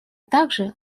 также